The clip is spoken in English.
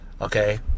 Okay